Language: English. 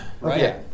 right